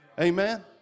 Amen